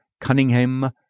Cunningham